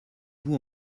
vous